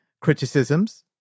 criticisms